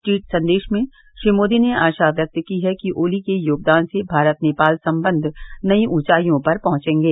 tweet संदेश में श्री मोदी ने आशा व्यक्त की है कि ओली के योगदान से भारत नेपाल संबंध नई ऊंचाईयों पर पहुंचेंगे